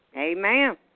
Amen